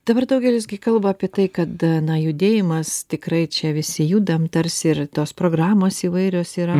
dabar daugelis gi kalba apie tai kad na judėjimas tikrai čia visi judam tarsi ir tos programos įvairios yra